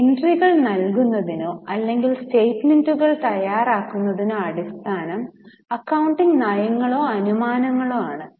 എൻട്രികൾ നൽകുന്നതിനോ അല്ലെങ്കിൽ സ്റ്റേറ്റ്മെന്റുകൾ തയ്യാറാക്കുന്നതിനോ അടിസ്ഥാനം അക്കൌണ്ടിംഗ് നയങ്ങളോ അനുമാനങ്ങളോ ആണ്